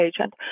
agent